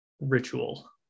Ritual